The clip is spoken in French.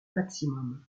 maximum